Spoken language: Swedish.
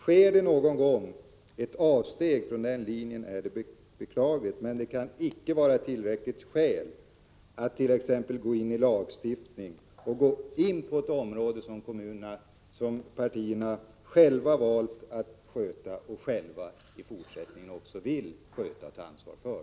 Sker det någon gång ett avsteg från den linjen är det beklagligt, men det kan icke vara tillräckligt skäl för att gå in och lagstifta på ett område som partierna själva valt att sköta och själva i fortsättningen också vill sköta och ta ansvar för.